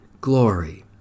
Glory